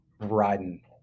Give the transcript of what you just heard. riding